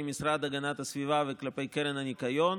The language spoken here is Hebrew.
משרד הגנת הסביבה וכלפי קרן הניקיון